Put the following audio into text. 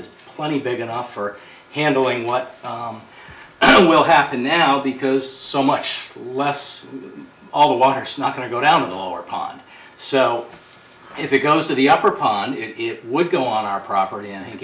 is plenty big enough for handling what will happen now because so much less all the water so not going to go down in the lower pond so if it goes to the upper pond it would go on our property and